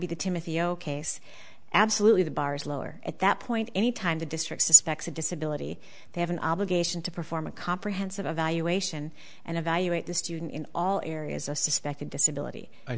be the timothy o case absolutely the bar is lower at that point any time the district suspects a disability they have an obligation to perform a comprehensive evaluation and evaluate the student in all areas of suspected disability